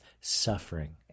suffering